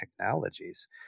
technologies